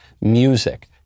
Music